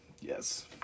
Yes